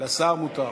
לשר מותר.